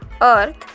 earth